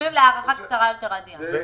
למען האמת זה דצמבר.